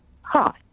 Hi